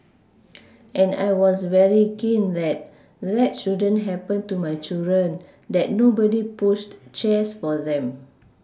and I was very keen that that shouldn't happen to my children that nobody pushed chairs for them